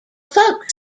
folk